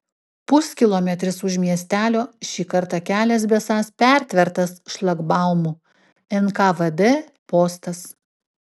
puskilometris už miestelio šį kartą kelias besąs pertvertas šlagbaumu nkvd postas